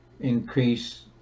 increase